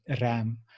Ram